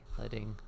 letting